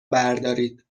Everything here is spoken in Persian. بردارید